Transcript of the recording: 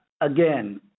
Again